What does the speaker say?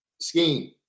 scheme